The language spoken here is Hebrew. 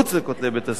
מחוץ לכותלי בית-הספר,